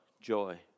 joy